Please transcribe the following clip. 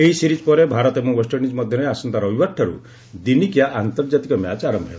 ଏହି ସିରିଜ୍ ପରେ ଭାରତ ଏବଂ ଓ୍ୱେଷ୍ଟଇଣ୍ଡିଜ୍ ମଧ୍ୟରେ ଆସନ୍ତା ରବିବାରଠାରୁ ଦିନିକିଆ ଆନ୍ତର୍ଜାତିକ ମ୍ୟାଚ୍ ଆରମ୍ଭ ହେବ